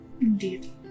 Indeed